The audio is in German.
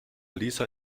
lisa